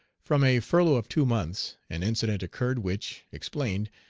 from a furlough of two months, an incident occurred which, explained,